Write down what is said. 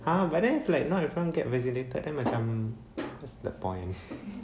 !huh! but then if like not everyone get vaccinated then what's the point